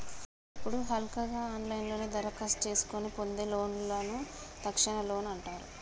ఇప్పుడు హల్కగా ఆన్లైన్లోనే దరఖాస్తు చేసుకొని పొందే లోన్లను తక్షణ లోన్ అంటారు